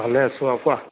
ভালে আছোঁ আৰু কোৱা